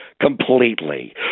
completely